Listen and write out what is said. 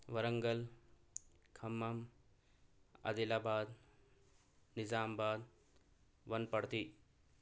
Warangal Khammam Adilabad Nizamabad Wanaparthy